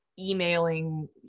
emailing